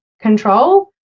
control